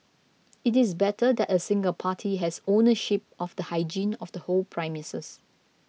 it is better that a single party has ownership of the hygiene of the whole premises